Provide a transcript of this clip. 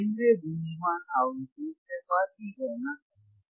केंद्रीय गुंजयमान आवृत्ति fR की गणना करें